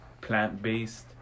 plant-based